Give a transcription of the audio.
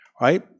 right